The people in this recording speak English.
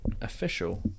official